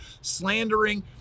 slandering